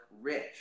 rich